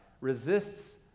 resists